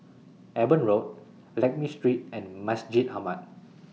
Eben Road Lakme Street and Masjid Ahmad